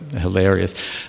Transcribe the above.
hilarious